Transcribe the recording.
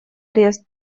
арест